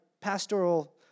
pastoral